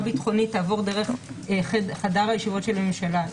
ביטחונית תעבור דרך חדר הישיבות של הממשלה.